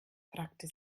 fragte